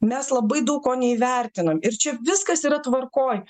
mes labai daug ko neįvertinam ir čia viskas yra tvarkoj